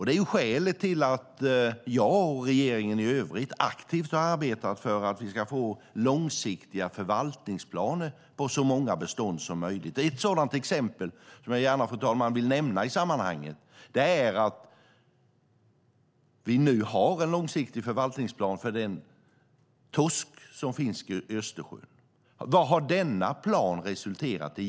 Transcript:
Det är skälet till att jag och regeringen i övrigt har arbetat aktivt för att vi ska få långsiktiga förvaltningsplaner för så många bestånd som möjligt. Ett sådant exempel som jag gärna vill nämna i sammanhanget, fru talman, är att vi nu har en långsiktig förvaltningsplan för den torsk som finns i Östersjön. Vad har denna plan resulterat i?